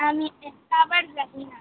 আমি সেটা আবার জানি না